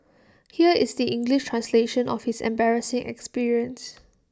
here is the English translation of his embarrassing experience